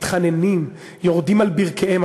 מתחננים, יורדים על ברכיהם.